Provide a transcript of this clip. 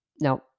Now